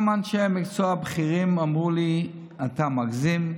גם אנשי המקצוע הבכירים אמרו לי: אתה מגזים,